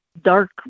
dark